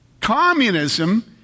Communism